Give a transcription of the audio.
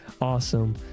Awesome